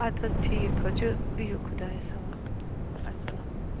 اَدٕ حظ ٹھیٖک حظ چھُ بِہِو خدایس حوال اسلامُ علیکُم